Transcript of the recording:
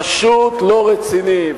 פשוט לא רציני.